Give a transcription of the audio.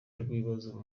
rw’ibibazo